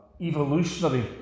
evolutionary